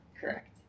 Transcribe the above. Correct